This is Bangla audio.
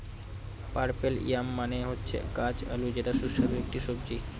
পার্পেল ইয়াম মানে হচ্ছে গাছ আলু যেটা সুস্বাদু একটি সবজি